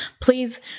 Please